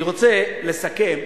אני רוצה לסכם.